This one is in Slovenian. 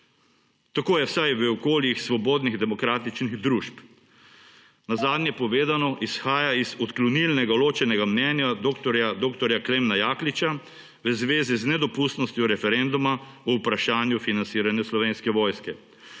Tako je vsaj v okoljih svobodnih demokratičnih družb. Nazadnje povedano izhaja iz odklonilnega ločenega mnenja dr. Klemna Jakliča v zvezi z nedopustnostjo referenduma o vprašanju financiranja Slovenske vojske.